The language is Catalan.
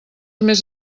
més